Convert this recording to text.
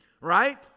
Right